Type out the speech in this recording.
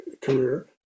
career